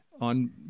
on